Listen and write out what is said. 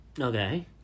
Okay